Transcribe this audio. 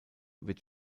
wird